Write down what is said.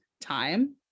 time